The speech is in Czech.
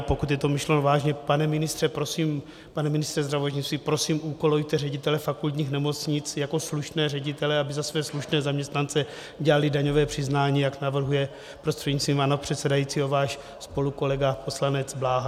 Pokud je to myšleno vážně pane ministře zdravotnictví, prosím úkolujte ředitele fakultních nemocnic jako slušné ředitele, aby za své slušné zaměstnance dělaly daňové přiznání, jak navrhuje prostřednictvím pana předsedajícího váš spolukolega poslanec Bláha.